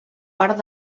part